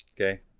Okay